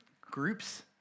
groups